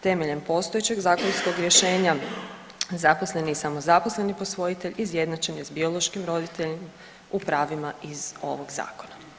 Temeljem postojećeg zakonskog rješenja zaposleni i samozaposleni posvojitelj, izjednačen je s biološkim roditeljem u pravima iz ovog Zakona.